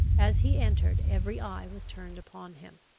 as he entered every eye was turned upon him.